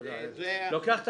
תודה.